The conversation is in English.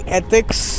ethics